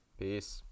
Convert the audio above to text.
Peace